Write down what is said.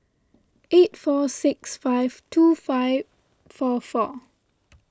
eight four six five two five four four